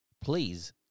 please